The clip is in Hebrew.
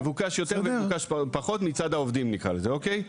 מבוקש יותר מבוקש פחות מצד העובדים נקרא לזה אוקיי?